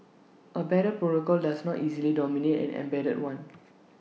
A better does not easily dominate an embedded one